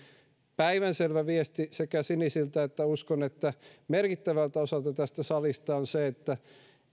päivänselvä viesti sekä sinisiltä että uskoakseni merkittävältä osalta tätä salia on se että